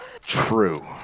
True